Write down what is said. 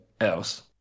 else